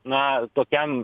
na tokiam